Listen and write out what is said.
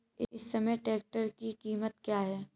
इस समय ट्रैक्टर की कीमत क्या है?